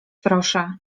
proszę